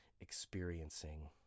experiencing